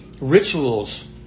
rituals